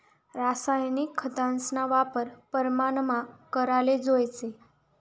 रासायनिक खतस्ना वापर परमानमा कराले जोयजे